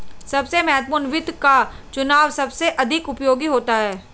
सबसे महत्वपूर्ण वित्त का चुनाव सबसे अधिक उपयोगी होता है